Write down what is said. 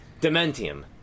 Dementium